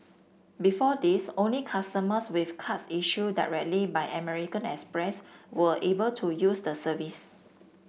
before this only customers with cards issued directly by American Express were able to use the service